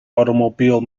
automobile